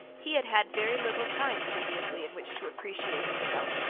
he had had very little time previously in which to appreciate himself,